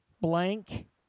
blank